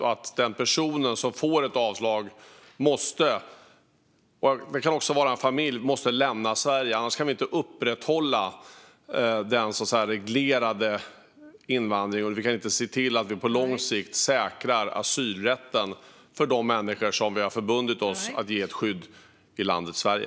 Den person eller den familj som får ett avslag måste då också lämna Sverige, annars kan vi inte upprätthålla den reglerade invandringen och på lång sikt säkra asylrätten för de människor som vi har förbundit oss att ge skydd i landet Sverige.